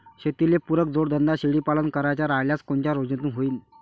शेतीले पुरक जोडधंदा शेळीपालन करायचा राह्यल्यास कोनच्या योजनेतून होईन?